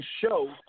show